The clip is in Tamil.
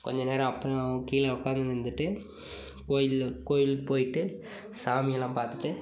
கொஞ்சம் நேரம் அப்றம் கீழே உக்காந்துருந்துட்டு கோயில் கோயில் போயிட்டு சாமியெல்லாம் பார்த்துட்டு